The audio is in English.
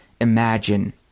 imagine